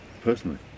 personally